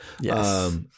Yes